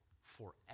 forever